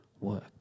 work